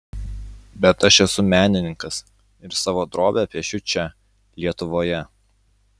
bet aš esu menininkas ir savo drobę piešiu čia lietuvoje